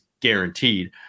Guaranteed